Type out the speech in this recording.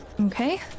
Okay